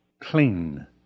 Clean